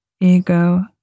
ego